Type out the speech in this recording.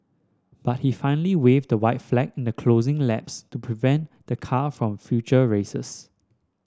but he finally waved the white flag in the closing laps to prevent the car from future races